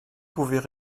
pouvaient